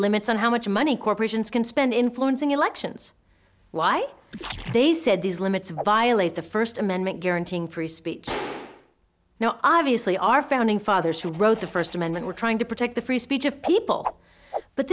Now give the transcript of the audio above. limits on how much money corporations can spend influencing elections why they said these limits violate the first amendment guaranteeing free speech now obviously our founding fathers who wrote the first amendment were trying to protect the free speech of people but